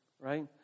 right